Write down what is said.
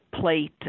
plate